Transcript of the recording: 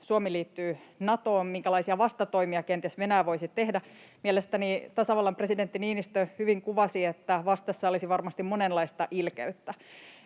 Suomi liittyy Natoon, minkälaisia vastatoimia kenties Venäjä voisi tehdä. Mielestäni tasavallan presidentti Niinistö hyvin kuvasi, että vastassa olisi varmasti monenlaista ilkeyttä